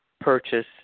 purchase